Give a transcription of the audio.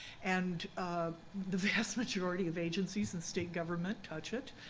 and the vast majority of agencies in state government touch it.